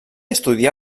estudià